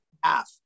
half